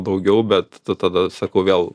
daugiau bet tu tada sakau vėl